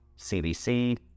CBC